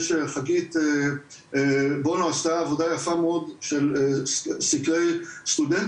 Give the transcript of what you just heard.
חגית בונו עשתה עבודה יפה מאוד של סקרי סטודנטים,